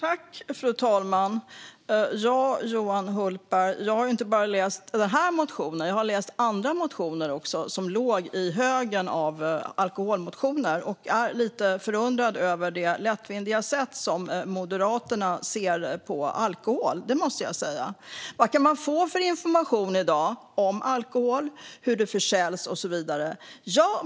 Fru talman! Johan Hultberg! Jag har läst inte bara den här motionen utan även andra motioner som låg i högen av alkoholmotioner. Jag är lite förundrad över Moderaternas lättvindiga sätt att se på alkohol, måste jag säga. Vad kan man då få för information i dag om alkohol, om hur den försäljs och så vidare?